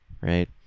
right